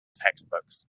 textbooks